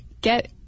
get